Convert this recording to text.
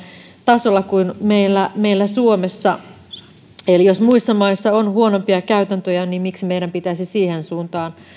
tasolla kuin meillä meillä suomessa eli jos muissa maissa on huonompia käytäntöjä niin miksi meidän pitäisi siihen suuntaan